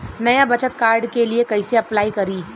नया बचत कार्ड के लिए कइसे अपलाई करी?